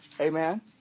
Amen